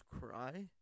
cry